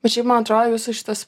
bet šiaip man atro jūsų šitas